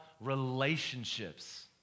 relationships